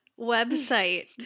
website